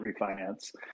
refinance